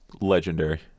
legendary